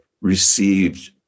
received